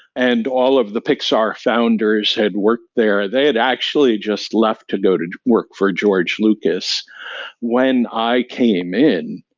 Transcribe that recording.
and all of the pixar founders had worked there. they had actually just left to go to work for george lucas when i came in,